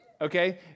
Okay